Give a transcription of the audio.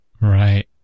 right